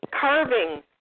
carving